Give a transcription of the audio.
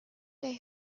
their